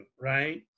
right